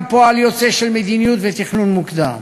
פועל יוצא של מדיניות ותכנון מוקדם,